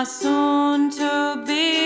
soon-to-be